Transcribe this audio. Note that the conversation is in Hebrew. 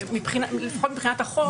ולפחות מבחינת החוק,